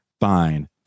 fine